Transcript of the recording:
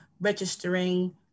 registering